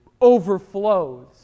overflows